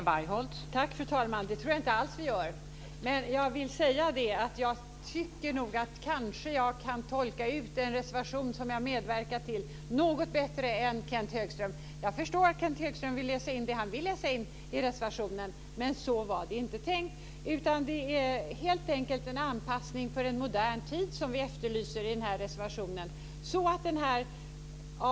Fru talman! Det tror jag inte alls att vi gör, men jag vill säga att jag nog tycker att jag kan tolka en reservation som jag har medverkat till något bättre än Kenth Högström. Jag förstår att Kenth Högström läser in det som han vill läsa in i reservationen, men så var den inte tänkt. Det är helt enkelt en anpassning till en modern tid som vi efterlyser i den här reservationen.